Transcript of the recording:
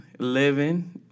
living